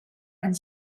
and